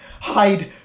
Hide